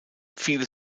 viele